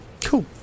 cool